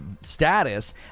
status